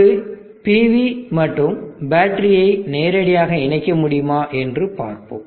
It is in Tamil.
ஒரு PV மற்றும் பேட்டரியை நேரடியாக இணைக்க முடியுமா என்று பார்ப்போம்